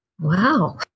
Wow